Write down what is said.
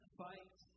fight